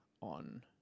on